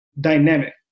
dynamic